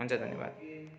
हुन्छ धन्यवाद